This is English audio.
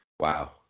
wow